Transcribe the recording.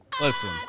Listen